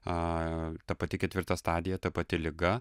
a ta pati ketvirta stadija ta pati liga